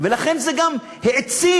ולכן זה גם העצים.